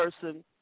person